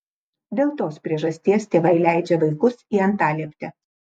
dėl tos priežasties tėvai leidžia vaikus į antalieptę